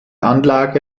anlage